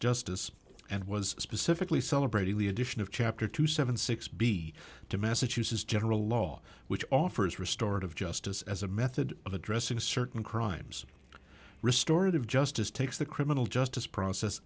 justice and was specifically celebrating the addition of chapter two seven six b to massachusetts general law which offers restorative justice as a method of addressing certain crimes restored of justice takes the criminal justice process